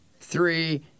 Three